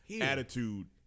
attitude